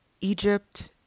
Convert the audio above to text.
Egypt